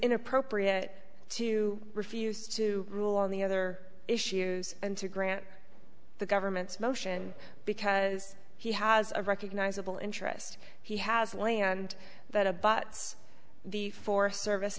inappropriate to refuse to rule on the other issues and to grant the government's motion because he has a recognizable interest he has land that abuts the forest service